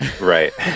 right